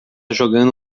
jogando